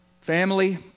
Family